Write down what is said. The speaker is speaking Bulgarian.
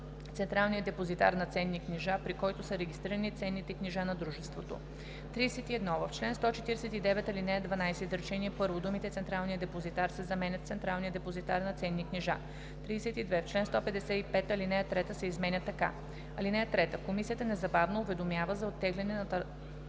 централния депозитар на ценни книжа, при който са регистрирани ценните книжа на дружеството“. 31. В чл. 149, ал. 12, изречение първо думите „Централния депозитар“ се заменят с „централния депозитар на ценни книжа“. 32. В чл. 155 ал. 3 се изменя така: „(3) Комисията незабавно уведомява за оттегляне на търговото